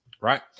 right